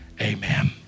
Amen